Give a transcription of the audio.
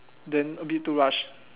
then a bit too rush